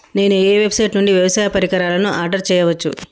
నేను ఏ వెబ్సైట్ నుండి వ్యవసాయ పరికరాలను ఆర్డర్ చేయవచ్చు?